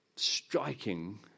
striking